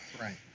Right